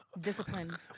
Discipline